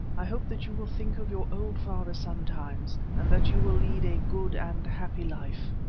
i hope that you will think of your old father sometimes, and that you will lead a good and happy life.